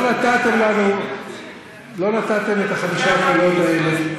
לא נתתם לנו את חמשת הקולות האלה,